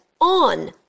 on